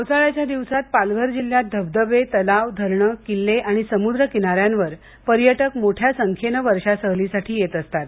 पावसाळ्याच्या दिवसात पालघर जिल्हयात धबधबे तलाव धरणं किल्ले आणि समुद्र किनाऱ्यांवर पर्यटक मोठया संख्येनं वर्षा सहलीसाठी येत असतात